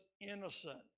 innocent